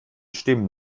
stimmen